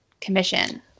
commission